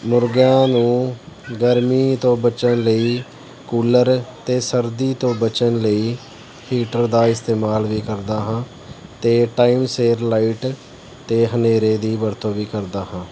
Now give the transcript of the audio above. ਮੁਰਗਿਆਂ ਨੂੰ ਗਰਮੀ ਤੋਂ ਬਚਣ ਲਈ ਕੂਲਰ ਅਤੇ ਸਰਦੀ ਤੋਂ ਬਚਣ ਲਈ ਹੀਟਰ ਦਾ ਇਸਤੇਮਾਲ ਵੀ ਕਰਦਾ ਹਾਂ ਅਤੇ ਟਾਈਮ ਸਿਰ ਲਾਈਟ ਅਤੇ ਹਨੇਰੇ ਦੀ ਵਰਤੋਂ ਵੀ ਕਰਦਾ ਹਾਂ